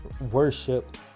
worship